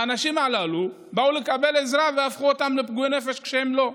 האנשים האלה באו לקבל עזרה והפכו אותם לפגועי נפש כשהם לא.